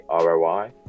ROI